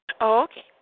Okay